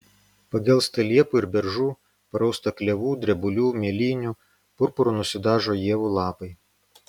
pagelsta liepų ir beržų parausta klevų drebulių mėlynių purpuru nusidažo ievų lapai